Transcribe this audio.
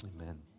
Amen